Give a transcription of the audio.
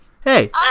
Hey